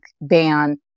ban